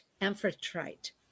amphitrite